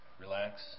relax